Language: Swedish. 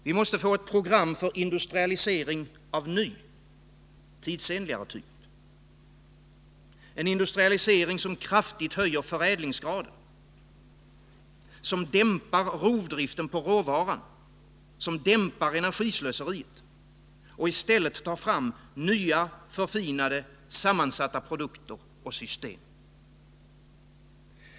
Vi måste få ett program för industrialisering av en ny, tidsenligare typ, en industrialisering som kraftigt höjer förädlingsgraden, som dämpar rovdriften på råvaran och minskar energislöseriet och i stället tar fram nya, förfinade sammansatta produkter och system.